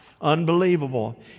Unbelievable